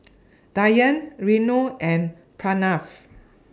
Dhyan Renu and Pranav